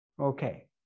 okay